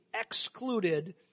excluded